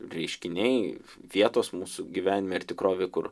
reiškiniai vietos mūsų gyvenime ir tikrovė kur